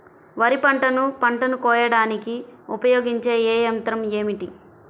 వరిపంటను పంటను కోయడానికి ఉపయోగించే ఏ యంత్రం ఏమిటి?